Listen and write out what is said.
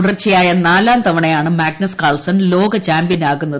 തുടർച്ചയായ നാലാം തവണയാണ് മാഗ്നസ് കാൾസൻ ലോക ചാമ്പ്യനാകുന്നത്